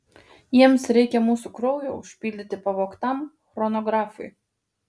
jiems reikia mūsų kraujo užpildyti pavogtam chronografui